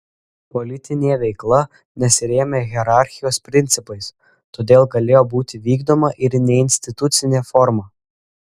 politinė veikla nesirėmė hierarchijos principais todėl galėjo būti vykdoma ir neinstitucine forma